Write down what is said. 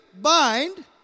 bind